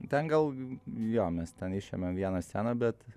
ten gal jo mes ten išėmėm vieną sceną bet